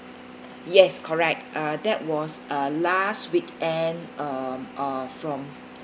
yes correct uh that was a last weekend um uh from